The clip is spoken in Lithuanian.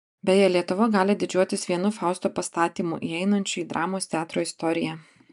beje lietuva gali didžiuotis vienu fausto pastatymu įeinančiu į dramos teatro istoriją